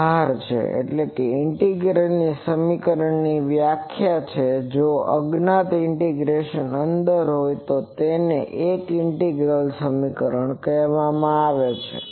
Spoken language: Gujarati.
તો આ કોઈપણ ઇન્ટિગ્રલ સમીકરણની વ્યાખ્યા છે કે જો આ અજ્ઞાત ઈન્ટીગ્રેસનના અંદર હોય તો તેને એક ઇન્ટિગ્રલ સમીકરણ કહેવામાં આવે છે